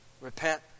repent